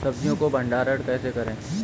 सब्जियों का भंडारण कैसे करें?